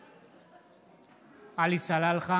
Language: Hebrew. בעד עלי סלאלחה